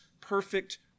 perfect